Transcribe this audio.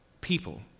people